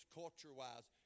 culture-wise